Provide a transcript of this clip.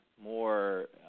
more